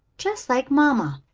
just like mamma.